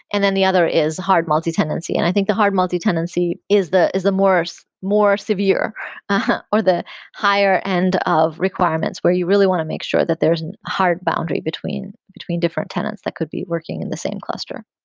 and then the other is hard multi-tenancy, and i think the hard multi-tenancy is the is the more so more severe or the higher end of requirements where you really want to make sure that there's a hard boundary between between different tenants that could be working in the same cluster.